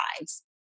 lives